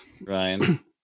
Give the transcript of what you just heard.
Ryan